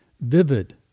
vivid